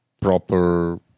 proper